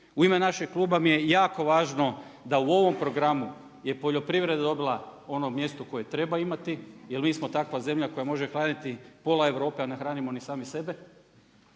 U ime našeg kluba mi je jako važno da u ovom programu je poljoprivreda dobila ono mjesto koje treba imati jer mi smo takva zemlja koja može hraniti pola Europe, a ne hranimo ni sami sebe.